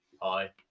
Hi